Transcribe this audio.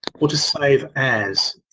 or to save as.